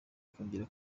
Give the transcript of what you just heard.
kongera